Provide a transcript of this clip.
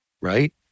right